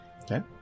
Okay